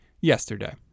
yesterday